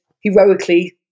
heroically